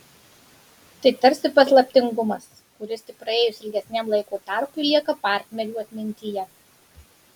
tai tarsi paslaptingumas kuris tik praėjus ilgesniam laiko tarpui lieka partnerių atmintyje